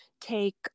take